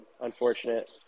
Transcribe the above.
unfortunate